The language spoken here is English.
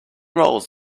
rolls